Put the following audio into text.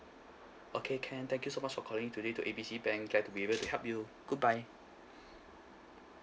okay can thank you so much for calling today to A B C bank glad to be able to help you goodbye